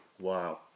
Wow